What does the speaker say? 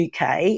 UK